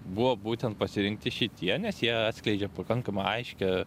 buvo būtent pasirinkti šitie nes jie atskleidžia pakankamą aiškią